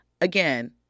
again